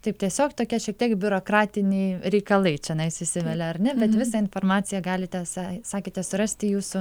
taip tiesiog tokia šiek tiek biurokratiniai reikalai čianais įsivelia ar ne bet visą informaciją galite sa sakėte surasti jūsų